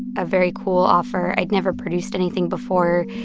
a very cool offer. i'd never produced anything before.